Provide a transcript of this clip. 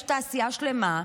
יש תעשייה שלמה,